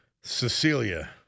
Cecilia